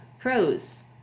Pros